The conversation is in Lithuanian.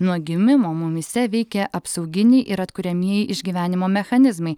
nuo gimimo mumyse veikia apsauginiai ir atkuriamieji išgyvenimo mechanizmai